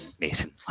Mason